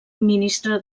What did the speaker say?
ministre